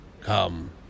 Come